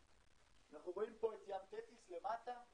אנחנו רואים פה את ים תטיס למטה,